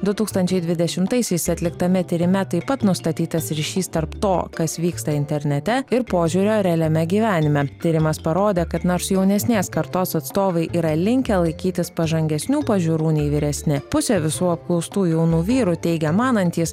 du tūkstančiai dvidešimtaisiais atliktame tyrime taip pat nustatytas ryšys tarp to kas vyksta internete ir požiūrio realiame gyvenime tyrimas parodė kad nors jaunesnės kartos atstovai yra linkę laikytis pažangesnių pažiūrų nei vyresni pusė visų apklaustų jaunų vyrų teigia manantys